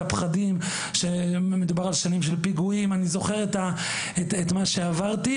את הפחדים - מדובר בשנים של פיגועים אני זוכר את מה שעברתי,